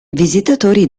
visitatori